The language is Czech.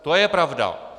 To je pravda.